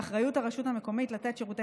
באחריות הרשות המקומית לתת שירותי